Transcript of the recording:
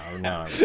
no